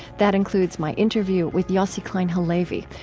that includes my interview with yossi klein halevi,